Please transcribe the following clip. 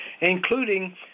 including